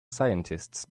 scientists